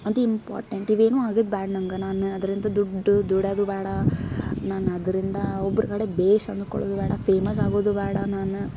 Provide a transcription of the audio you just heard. ಅದು ಇಂಪಾರ್ಟೆಂಟ ಇವೇನು ಆಗದು ಬ್ಯಾಡ ನಂಗೆ ನಾನು ಅದರಿಂದ ದುಡ್ಡು ದುಡಿಯೋದು ಬ್ಯಾಡ ನಾನು ಅದರಿಂದ ಒಬ್ರ ಕಡೆ ಬೇಷ್ ಅನ್ಕೊಳ್ಳೋದು ಬ್ಯಾಡ ಫೇಮಸ್ ಆಗೋದು ಬ್ಯಾಡ ನಾನು